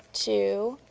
two,